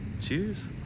Cheers